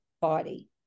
body